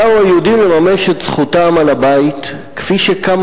באו היהודים לממש את זכותם על הבית כפי שקמה